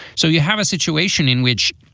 so you have a situation in which,